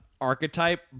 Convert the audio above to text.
archetype